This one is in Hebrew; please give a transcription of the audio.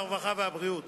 הרווחה והבריאות.